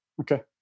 Okay